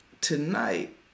tonight